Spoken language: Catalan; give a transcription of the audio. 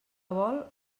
vol